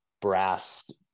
brass